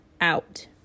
out